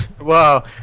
Wow